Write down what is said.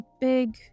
big